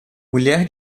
mulher